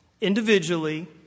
individually